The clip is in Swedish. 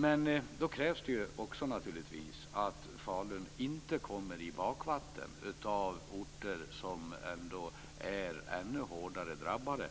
Men det krävs naturligtvis att Falun inte kommer i bakvattnet i förhållande till orter som är ännu hårdare drabbade